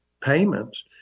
payments